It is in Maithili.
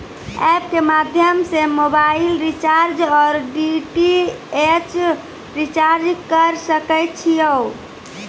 एप के माध्यम से मोबाइल रिचार्ज ओर डी.टी.एच रिचार्ज करऽ सके छी यो?